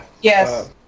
Yes